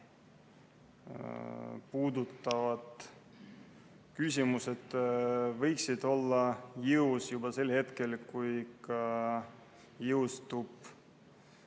puudutavad küsimused võiksid olla jõus juba sel hetkel, kui jõustub